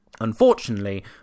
Unfortunately